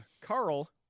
Carl